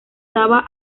daba